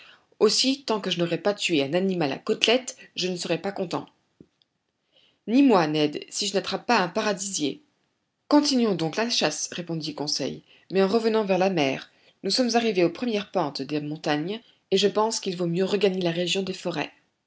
aussi tant que je n'aurai pas tué un animal à côtelettes je ne serai pas content ni moi ned si je n'attrape pas un paradisier continuons donc la chasse répondit conseil mais en revenant vers la mer nous sommes arrivés aux premières pentes des montagnes et je pense qu'il vaut mieux regagner la région des forêts